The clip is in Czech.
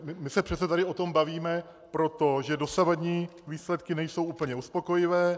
My se přece tady o tom bavíme proto, že dosavadní výsledky nejsou úplně uspokojivé.